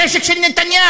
נשק של נתניהו,